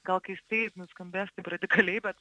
gal keistai nuskambės taip radikaliai bet